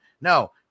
no